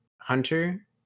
Hunter